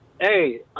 Hey